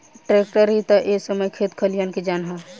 tractor ही ता ए समय खेत खलियान के जान ह